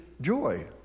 joy